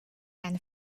and